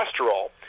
Cholesterol